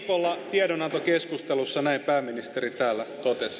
tiedonantokeskustelussa näin pääministeri täällä totesi